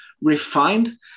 refined